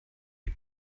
die